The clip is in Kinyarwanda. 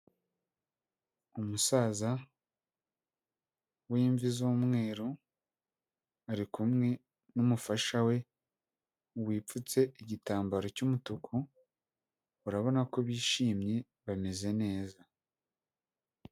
Umusaza w'imvi z'umweru, ari kumwe n'umufasha we wipfutse igitambaro cy'umutuku, urabona ko bishimye bameze neza.